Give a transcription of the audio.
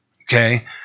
okay